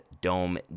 DOME